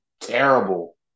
terrible